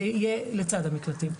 זה יהיה לצד המקלטים.